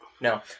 No